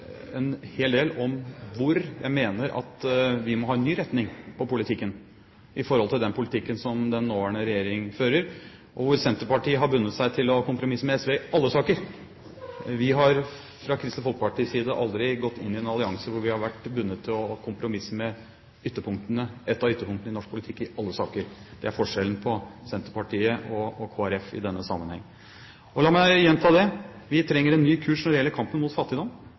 en hel del om hvor jeg mener at vi må ha en ny retning på politikken i forhold til den politikken som den nåværende regjering fører, og hvor Senterpartiet har bundet seg til å kompromisse med SV i alle saker. Vi har fra Kristelig Folkepartis side aldri gått inn i en allianse hvor vi har vært bundet til å kompromisse med et av ytterpunktene i norsk politikk i alle saker. Det er forskjellen på Senterpartiet og Kristelig Folkeparti i denne sammenheng. Og la meg gjenta det: Vi trenger en ny kurs når det gjelder kampen mot fattigdom.